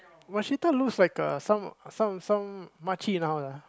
looks like a some some some makcik now lah